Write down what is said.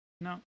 No